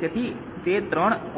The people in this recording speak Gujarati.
તેથી તે III